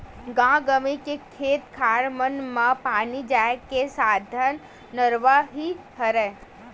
गाँव गंवई के खेत खार मन म पानी जाय के साधन नरूवा ही हरय